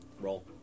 Roll